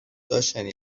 داشتنی